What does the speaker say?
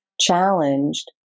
challenged